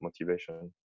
motivation